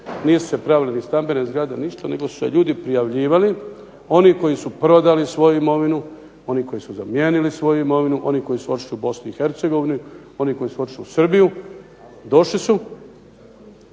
Nisu se pravile ni stambene zgrade ni ništa nego su se ljudi prijavljivali, oni koji su prodali svoju imovinu, oni koji su zamijenili svoju imovinu, oni koji su otišli u Bosnu i Hercegovinu, oni koji su otišli u Srbiju došli su,